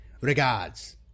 Regards